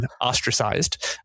ostracized